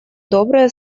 добрые